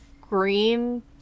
green